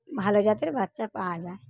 ভালো জাতের বাচ্চা পাওয়া যায়